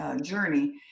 journey